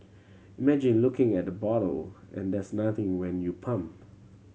imagine looking at the bottle and there's nothing when you pump